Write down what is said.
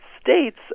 states